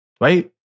right